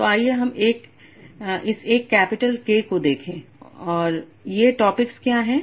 तो आइए हम इस एक कैपिटल K को देखें और ये टॉपिक्स क्या हैं